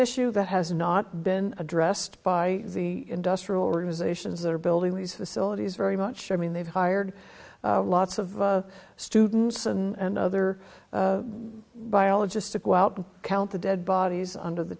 issue that has not been addressed by the industrial realisations that are building these facilities very much i mean they've hired lots of students and other biologists to go out and count the dead bodies under the